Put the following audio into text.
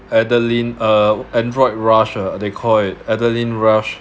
uh android rush ah they call it rush